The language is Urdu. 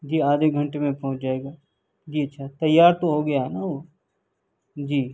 جی آدھے گھنٹے میں پہنچ جائے گا جی اچھا تیار تو ہو گیا ہے نا وہ جی